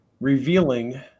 revealing